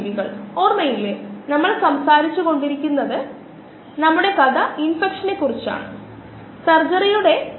സെല്ലുലോസിന് amylose amylopectin അന്നജം എന്നിവ അറിയാവുന്ന അല്പം വ്യത്യസ്തമായ ശാഖകളുണ്ട് തുടർന്ന് സെല്ലുലോസ് അല്പം വ്യത്യസ്ത ബോണ്ടിംഗും ബ്രാഞ്ചിംഗും ആയിരിക്കും